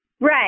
Right